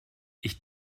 ich